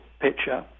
picture